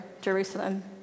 Jerusalem